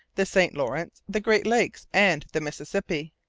the st lawrence, the great lakes, and the mississippi.